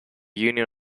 union